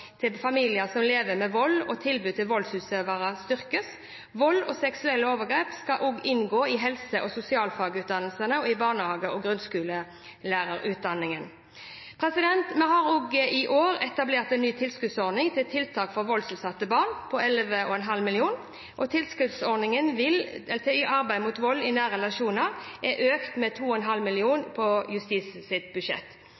vold og seksuelle overgrep skal også inngå i helse- og sosialfagutdanningene og i barnehage- og grunnskolelærerutdanningene. Vi har i år etablert en ny tilskuddsordning til tiltak for voldsutsatte barn på 11,5 mill. kr. Tilskuddsordningen til arbeid mot vold i nære relasjoner er økt med 2,5 mill. kr på Justis- og beredskapsdepartementets budsjett.